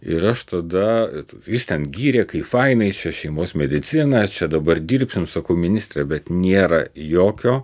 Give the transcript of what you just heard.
ir aš tada jis ten gyrė kaip fainai čia šeimos medicina čia dabar dirbsim sakau ministre bet nėra jokio